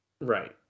Right